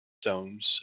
stones